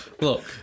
Look